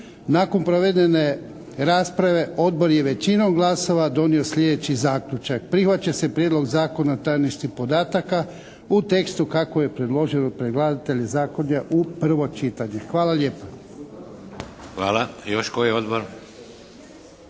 Nakon provedene rasprave Odbor je većinom glasova donio sljedeći zaključak: prihvaća se Prijedlog Zakona o tajnosti podataka u tekstu kako je predložio predlagatelj Zakona u prvo čitanje. Hvala lijepa. **Šeks, Vladimir